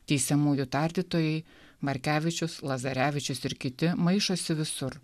teisiamųjų tardytojai markevičius lazarevičius ir kiti maišosi visur